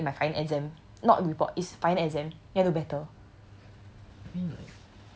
it's like I do better in my final exam not report it's final exam then I do better